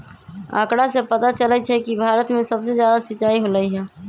आंकड़ा से पता चलई छई कि भारत में सबसे जादा सिंचाई होलई ह